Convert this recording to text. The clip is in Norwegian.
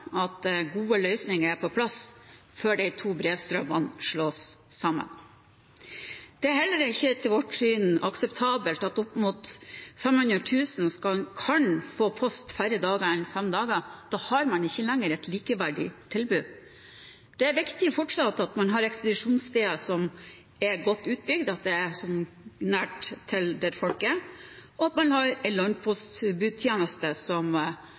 at gode løsninger er på plass før de to brevstrømmene slås sammen. Det er heller ikke – etter vårt syn – akseptabelt at opp mot 500 000 kan få post færre dager enn fem dager. Da har man ikke lenger et likeverdig tilbud. Det er fortsatt viktig at man har ekspedisjonssteder som er godt utbygd, at de ligger nærme der hvor folk er, og at man har en landpostbudtjeneste, som